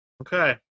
Okay